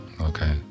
Okay